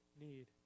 need